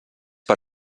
per